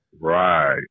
Right